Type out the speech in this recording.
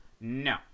No